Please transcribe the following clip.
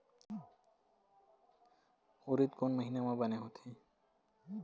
उरीद कोन महीना म बने होथे?